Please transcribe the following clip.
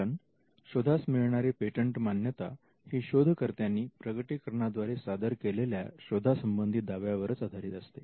कारण शोधास मिळणारी पेटंट मान्यता ही शोधकर्त्यांनी प्रकटीकरणाद्वारे सादर केलेल्या शोधा संबंधी दाव्यावरच आधारित असते